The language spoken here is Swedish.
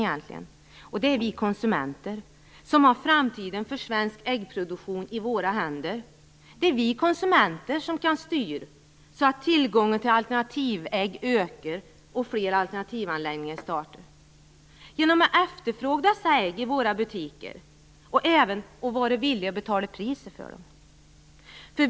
Det är vi konsumenter, och vi har framtiden för svensk äggproduktion i våra händer. Det är vi konsumenter som kan styra så att tillgång på alternativa ägg ökar och flera alternativa anläggningar kan startas. Vi kan efterfråga dessa ägg i våra butiker och även vara villiga att betala priset för dem.